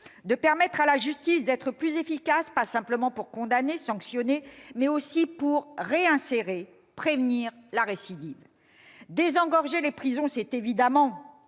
de permettre à la justice d'être plus efficace, non pas simplement pour condamner et pour sanctionner, mais aussi pour réinsérer et pour prévenir la récidive ? Désengorger les prisons requiert évidemment-